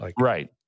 Right